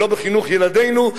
ולא בחינוך ילדינו,